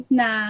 na